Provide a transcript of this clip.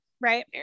right